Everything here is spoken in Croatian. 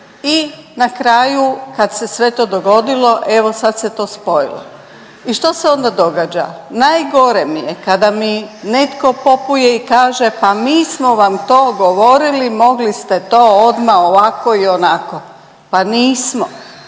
i na kraju kad se sve to dogodilo evo sad se to spojilo i što se onda događa? Najgore mi je kada mi netko popuje i kaže pa mi smo vam to govorili, mogli ste to odma ovako i onako. Pa nismo,